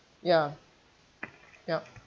ya ya